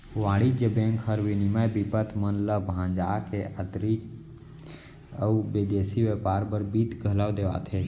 वाणिज्य बेंक हर विनिमय बिपत मन ल भंजा के आंतरिक अउ बिदेसी बैयपार बर बित्त घलौ देवाथे